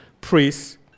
priests